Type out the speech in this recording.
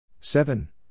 seven